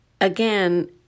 again